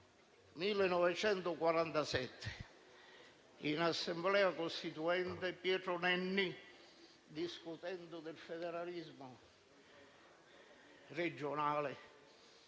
1947 in Assemblea costituente Pietro Nenni, discutendo del federalismo regionale,